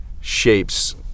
shapes